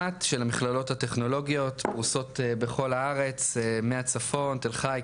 המכללות הטכנולוגיות פרושות בכל הצפון תל חי,